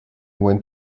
went